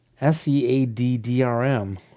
S-E-A-D-D-R-M